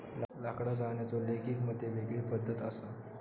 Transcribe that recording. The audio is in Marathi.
लाकडा जाळण्याचो लोगिग मध्ये वेगळी पद्धत असा